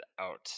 out